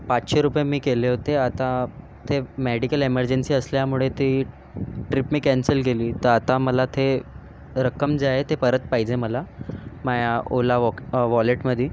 पाचशे रुपये मी केले होते आता ते मेडिकल एमर्जन्सी असल्यामुळे ते ट्रिप मी कॅन्सल केली तर आता मला ते रक्कम जे आहे ते परत पाहिजे मला माझ्या ओला वॉ वॉलेटमध्ये